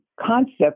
concept